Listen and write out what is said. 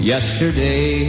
Yesterday